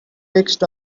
fixed